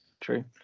true